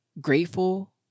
Grateful